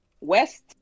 west